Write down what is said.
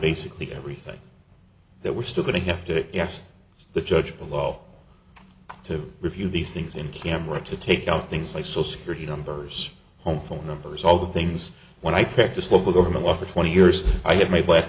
basically everything that we're still going to have to ask the judge below to review these things in camera to take on things like social security numbers home phone numbers all the things when i pick this local government well for twenty years i have my black